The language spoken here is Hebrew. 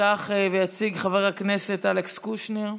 יפתח ויציג חבר הכנסת אלכס קושניר,